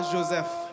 Joseph